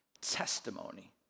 testimony